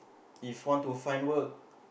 if want to find work